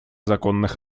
законных